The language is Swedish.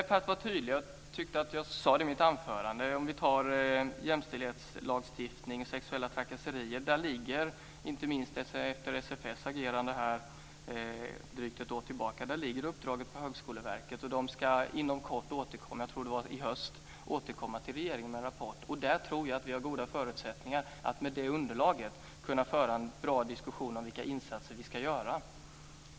Fru talman! Jag tyckte att jag var tydlig i mitt anförande när det gäller jämställdhetslagstiftningen och sexuella trakasserier. Inte minst efter SFS agerande ligger det uppdraget på Högskoleverket. Jag tror att det är i höst som de ska återkomma till regeringen med en rapport. Med det underlaget tror jag att vi har goda förutsättningar att kunna föra en bra diskussion om vilka insatser vi ska göra.